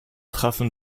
treffen